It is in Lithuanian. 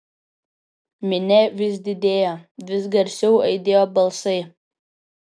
minia vis didėjo vis garsiau aidėjo balsai